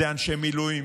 זה אנשי מילואים,